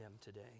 today